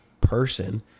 person